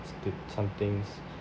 stu~ some things